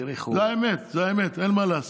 תראי איך הוא, זאת האמת, זאת האמת, אין מה לעשות.